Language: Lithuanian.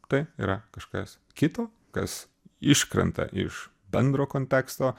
tai yra kažkas kito kas iškrenta iš bendro konteksto